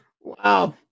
Wow